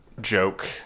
joke